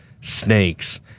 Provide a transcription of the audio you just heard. snakes